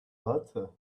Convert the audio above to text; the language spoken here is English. butter